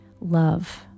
love